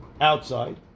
outside